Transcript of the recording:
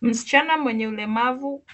Msichana mwenye ulemavu